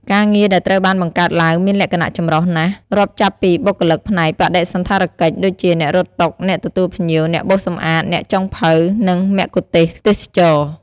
ការងារដែលត្រូវបានបង្កើតឡើងមានលក្ខណៈចម្រុះណាស់ រាប់ចាប់ពីបុគ្គលិកផ្នែកបដិសណ្ឋារកិច្ច ដូចជា អ្នករត់តុ អ្នកទទួលភ្ញៀវ អ្នកបោសសម្អាត អ្នកចុងភៅ និង មគ្គុទ្ទេសក៍ទេសចរណ៍។